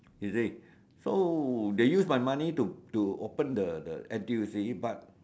you see so they use my money to to open the the N_T_U_C but